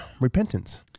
repentance